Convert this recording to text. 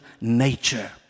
nature